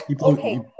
okay